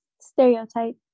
stereotype